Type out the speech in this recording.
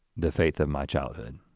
the faith of my childhood.